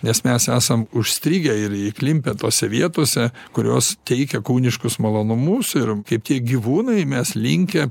nes mes esam užstrigę ir įklimpę tose vietose kurios teikia kūniškus malonumus ir kaip tie gyvūnai mes linkę